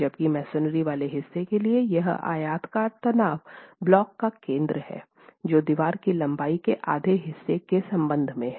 जबकि मसोनरी वाले हिस्से के लिए यह आयताकार तनाव ब्लॉक का केन्द्र है जो दीवार की लंबाई के आधे हिस्से के संबंध में हैं